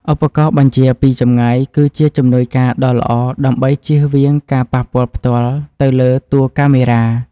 ឧបករណ៍បញ្ជាពីចម្ងាយគឺជាជំនួយការដ៏ល្អដើម្បីជៀសវាងការប៉ះពាល់ផ្ទាល់ទៅលើតួកាមេរ៉ា។